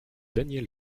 daniel